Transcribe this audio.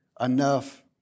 enough